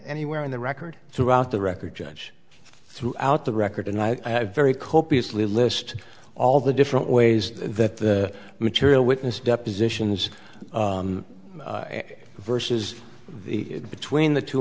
anywhere in the record throughout the record judge throughout the record and i very copious list all the different ways that the material witness depositions versus the between the two